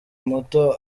muto